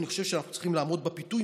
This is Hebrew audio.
אני חושב שאנחנו צריכים לעמוד בפיתוי,